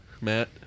Matt